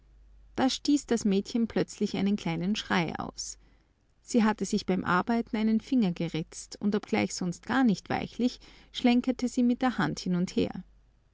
da stieß das mädchen plötzlich einen kleinen schrei aus sie hatte sich beim arbeiten einen finger geritzt und obgleich sonst gar nicht weichlich schlenkerte sie mit der hand hin und her